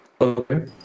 Okay